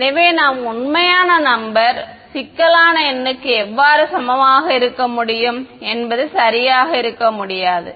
எனவே ஒரு உண்மையான நம்பர் சிக்கலான எண்ணுக்கு எவ்வாறு சமமாக இருக்க முடியும் என்பது சரியாக இருக்க முடியாது